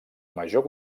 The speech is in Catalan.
major